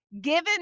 given